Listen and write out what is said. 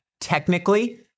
technically